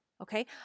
okay